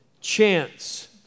chance